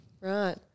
Right